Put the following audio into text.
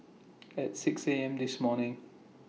At six A M This morning